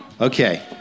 Okay